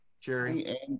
Jerry